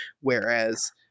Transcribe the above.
whereas